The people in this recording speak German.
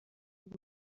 und